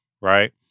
right